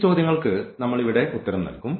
ഈ ചോദ്യങ്ങൾക്ക് നമ്മൾ ഇവിടെ ഉത്തരം നൽകും